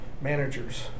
managers